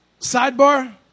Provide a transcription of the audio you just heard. Sidebar